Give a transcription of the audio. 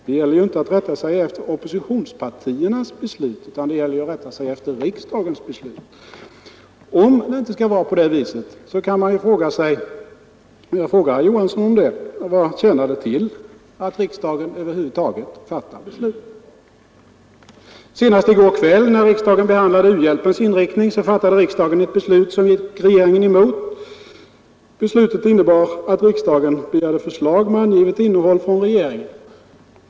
Det gäller ju inte för regeringen att rätta sig efter oppositionspartiernas beslut utan efter riksdagsmajoritetens beslut, och om riksdagen inte skall göra det, herr Johansson, vad tjänar det då till att regeringen över huvud taget fattar beslut? Senast i går kväll när riksdagen behandlade u-hjälpens inriktning fattades ett beslut som gick regeringen emot. Det innebar att riksdagen begärde förslag med angivet innehåll från regeringen.